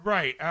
Right